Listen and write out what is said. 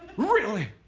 really!